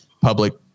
public